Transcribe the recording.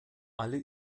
alle